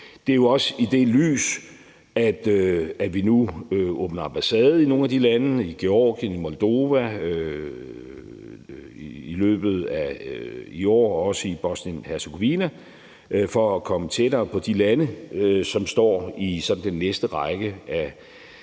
Det er også i det lys, at vi nu åbner ambassade i nogle af de lande – i Georgien, i Moldova og også i Bosnien-Hercegovina – i løbet af i år for at komme tættere på de lande, som sådan står i den næste række af